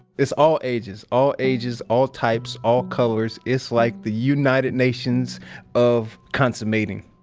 it's all ages, all ages, all types, all colors. it's like the united nations of consummating.